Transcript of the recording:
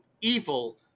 evil